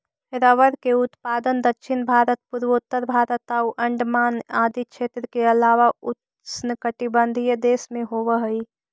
rubber के उत्पादन दक्षिण भारत, पूर्वोत्तर भारत आउ अण्डमान आदि क्षेत्र के अलावा उष्णकटिबंधीय देश में होवऽ हइ